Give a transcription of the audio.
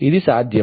ఇది సాధ్యము